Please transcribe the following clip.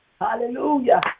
Hallelujah